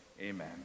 Amen